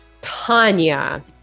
Tanya